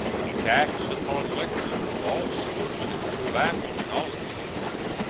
a tax upon liquors of all sorts and tobacco in all its forms,